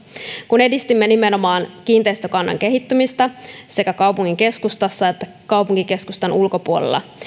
kun edistimme nimenomaan kiinteistökannan kehittämistä sekä kaupungin keskustassa että kaupunkikeskustan ulkopuolella